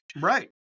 Right